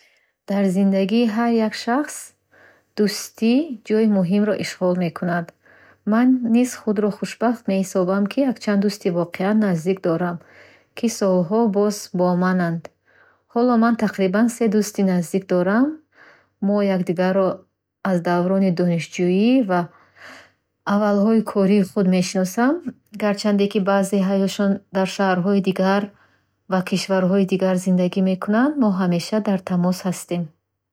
Дар зиндагии ҳар як шахс дӯстӣ ҷойи муҳимро ишғол мекунад. Ман низ худро хушбахт меҳисобам, ки якчанд дӯсти воқеан наздик дорам, ки солҳо боз бо мананд. Ҳоло ман тақрибан се дӯсти наздик дорам. Мо якдигарро аз даврони донишҷӯӣ ва аввалҳои кори худ мешиносем. Гарчанде ки баъзеҳояшон дар шаҳрҳои дигар ва кишварҳои дигар зиндагӣ мекунанд, мо ҳамеша дар тамос ҳастем.